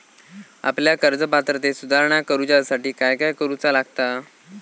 आपल्या कर्ज पात्रतेत सुधारणा करुच्यासाठी काय काय करूचा लागता?